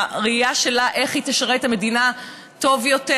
הראייה שלה איך היא תשרת את המדינה טוב יותר,